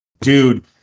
dude